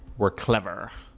were clever